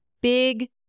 big